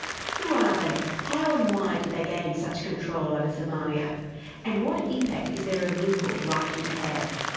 who are they, how and why did they gain such control over somalia and what impact is their removal likely to have?